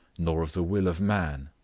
nor of the will of man,